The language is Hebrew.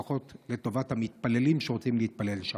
לפחות לטובת המתפללים שרוצים להתפלל שם?